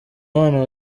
abana